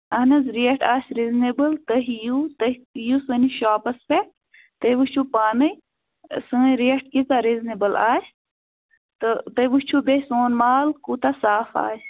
اَہَن حظ ریٹ آسہِ رِزنیبُل تُہۍ یِیُو تُہۍ یِیُو سٲنِس شاپَس پٮ۪ٹھ تُہۍ وُچھٕو پانٕے سٲنۍ ریٹ کۭژاہ رِزنیبُل آسہِ تہٕ تُہۍ وُچھٕو بیٚیہِ سون مال کوٗتاہ صاف آسہِ